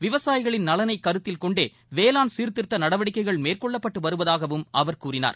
விவசாயிகளின் நலனை கருத்தில் கொண்டே வேளாண் சீாதிருத்த நடவடிக்கைகள் மேற்கொள்ளப்பட்டு வருவதாகவும் அவர் கூறினார்